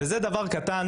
זה דבר קטן